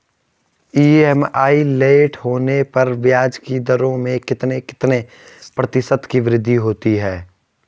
EMI late होने पर ब्याज की दरों में कितने कितने प्रतिशत की वृद्धि होती है?